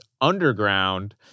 underground